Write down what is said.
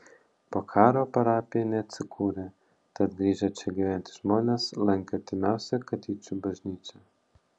po karo parapija neatsikūrė tad grįžę čia gyventi žmonės lankė artimiausią katyčių bažnyčią